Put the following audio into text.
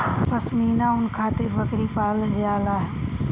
पश्मीना ऊन खातिर बकरी पालल जाला